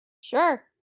Sure